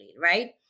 right